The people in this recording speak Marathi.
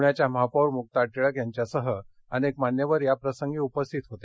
पृण्याच्या महापौर मुक्ता टिळक यांच्यासह अनेक मान्यवर याप्रसंगी उपस्थित होते